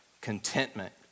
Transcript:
contentment